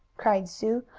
cried sue.